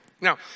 Now